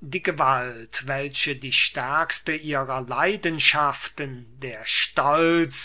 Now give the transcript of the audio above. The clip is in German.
die gewalt welche die stärkste ihrer leidenschaften der stolz